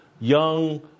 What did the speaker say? young